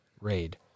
Raid